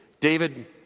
David